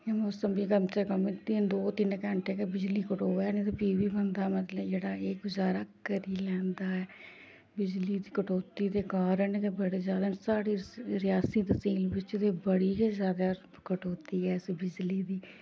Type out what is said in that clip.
एह् मोसम कम से कम दो तिन्न घैंटे गै बिजली कटोऐ न ते फ्ही बी बंदा मतलब जेह्ड़ा एह् गुजारा करी लैंदा ऐ बिजली कटौती दे कारण गै बड़े ज्यादा साढ़ी रियासी तसील बिच्च ते बड़ी गै ज्यादा कटौती होंदी ऐ इस बिजली दी